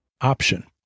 option